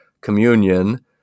communion